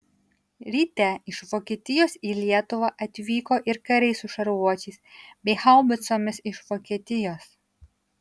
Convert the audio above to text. ryte iš vokietijos į lietuvą atvyko ir kariai su šarvuočiais bei haubicomis iš vokietijos